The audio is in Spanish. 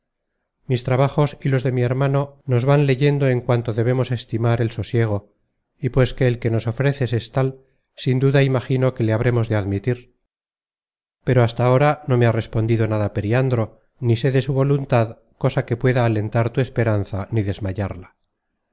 mis trabajos y los de mi hermano nos van leyendo en cuánto debemos estimar el sosiego y pues que el que nos ofreces es tal sin duda imagino que le habremos de admitir pero hasta ahora no me ha respondido nada periandro ni sé de su voluntad cosa que pueda alentar tu esperanza ni desmayarla